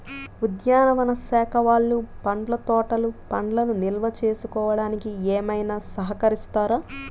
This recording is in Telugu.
ఉద్యానవన శాఖ వాళ్ళు పండ్ల తోటలు పండ్లను నిల్వ చేసుకోవడానికి ఏమైనా సహకరిస్తారా?